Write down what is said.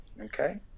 Okay